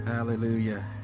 Hallelujah